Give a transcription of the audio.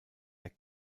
der